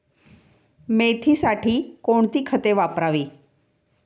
मेथीसाठी कोणती खते वापरावी?